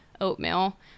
oatmeal